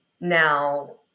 Now